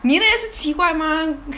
你的也是奇怪 mah